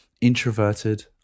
introverted